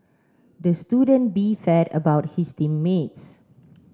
the student beefed about his team mates